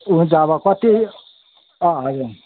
हुन्छ अब कति अँ हजुर